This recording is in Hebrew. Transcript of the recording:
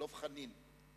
בבקשה, אדוני.